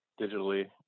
digitally